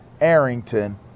Arrington